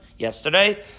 yesterday